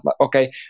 okay